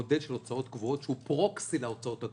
מודל של הוצאות קבועות שהוא פרוקסי להוצאות הקבועות.